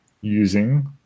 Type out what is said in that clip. using